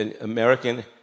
American